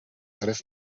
tres